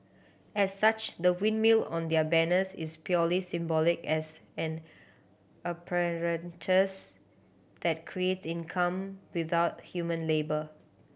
as such the windmill on their banners is purely symbolic as an apparatus that creates income without human labour